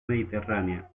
mediterránea